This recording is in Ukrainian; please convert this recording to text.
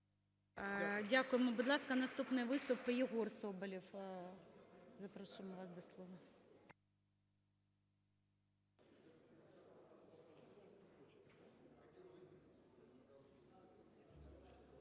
Дякуємо. Будь ласка, наступний виступ – Єгор Соболєв. Запрошуємо вас до слова.